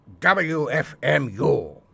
WFMU